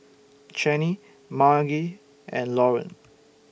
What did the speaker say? Chanie Margie and Lauren